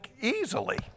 easily